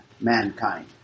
mankind